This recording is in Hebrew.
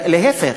להפך,